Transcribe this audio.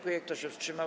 Kto się wstrzymał?